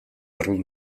arrunt